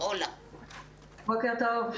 בוקר טוב.